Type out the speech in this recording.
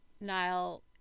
Niall